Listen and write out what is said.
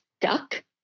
duck